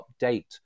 update